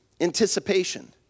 anticipation